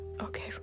okay